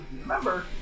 remember